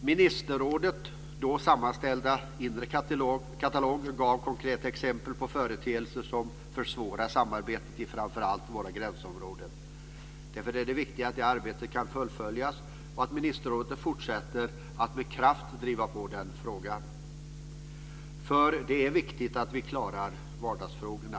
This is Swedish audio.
Ministerrådets då sammanställda inre katalog gav konkreta exempel på företeelser som försvårar samarbetet i framför allt våra gränsområden. Därför är det viktigt att det arbetet kan fullföljas och att ministerrådet fortsätter att med kraft driva på den frågan, för det är viktigt att vi klarar vardagsfrågorna.